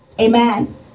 Amen